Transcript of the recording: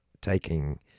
taking